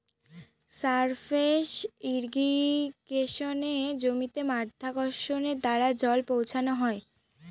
surface ইর্রিগেশনে জমিতে মাধ্যাকর্ষণের দ্বারা জল পৌঁছানো হয়